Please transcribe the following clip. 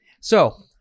So-